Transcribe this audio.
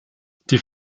die